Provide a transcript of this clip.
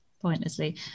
Pointlessly